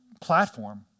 platform